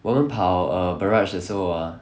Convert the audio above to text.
我们跑 err barrage 的时候 ah